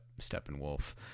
Steppenwolf